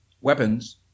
weapons